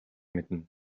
мэднэ